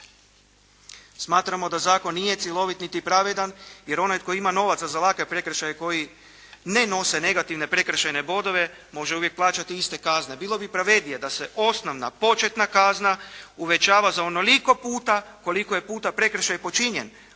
Smatramo da zakon nije cjelovit niti pravedan, jer onaj tko ima novaca za lake prekršaje koji ne nose negativne prekršajne bodove može uvijek plaćati iste kazne. Bilo bi pravednije da se osnovna, početna kazna uvećava za onoliko puta koliko je puta prekršaj počinjen,